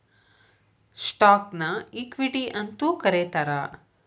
ಸ್ಟಾಕ್ನ ಇಕ್ವಿಟಿ ಅಂತೂ ಕರೇತಾರ